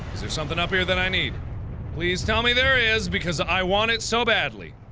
is there's something up here that i need please tell me there is because i want it so badly